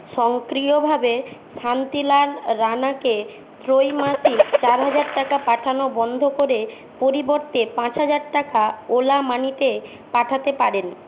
স্বয়ংক্রিয়ভাবে শান্তিলাল রাণাকে ত্রৈমাসিক চার হাজার টাকা পাঠানো বন্ধ করে পরিবর্তে পাঁচ হাজার টাকা ওলা মানিতে পাঠাতে পারেন